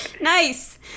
Nice